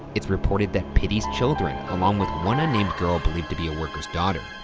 it's reported that pittee's children, along with one unnamed girl believed to be a worker's daughter,